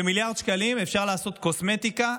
במיליארד שקלים אפשר לעשות קוסמטיקה,